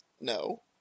no